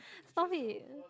stop it